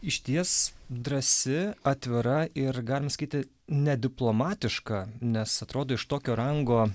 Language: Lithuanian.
išties drąsi atvira ir galima sakyti nediplomatiška nes atrodo iš tokio rango